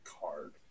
card